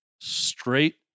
straight